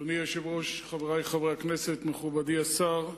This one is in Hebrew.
אדוני היושב-ראש, חברי חברי הכנסת, מכובדי השר,